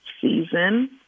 Season